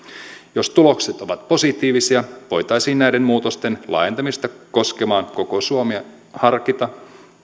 jos tulokset ovat positiivisia voitaisiin näiden muutosten laajentamista koskemaan koko suomea harkita